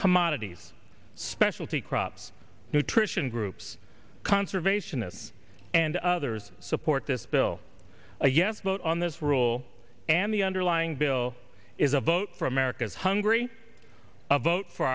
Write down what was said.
commodities specialty crops nutrition groups conservationists and others support this bill a yes vote on this rule and the underlying bill is a vote for america's hungry a vote for